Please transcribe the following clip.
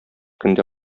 көндә